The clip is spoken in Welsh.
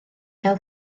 gael